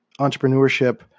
entrepreneurship